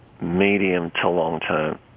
medium-to-long-term